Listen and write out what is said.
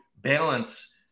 balance